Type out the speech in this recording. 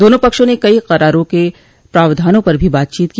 दोनों पक्षों ने कई करारों के प्रावधानों पर भी बातचीत की